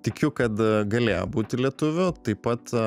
tikiu kad galėjo būti lietuvių taip pat